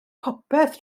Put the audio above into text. popeth